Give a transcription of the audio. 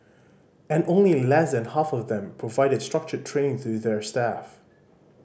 and only less than half of them provide structured training to their staff